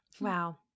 Wow